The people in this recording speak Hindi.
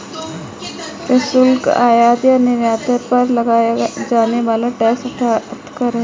प्रशुल्क, आयात या निर्यात पर लगाया जाने वाला टैक्स अर्थात कर है